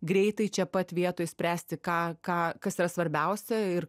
greitai čia pat vietoj spręsti ką ką kas yra svarbiausia ir